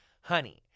Honey